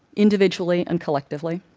individually and collectively?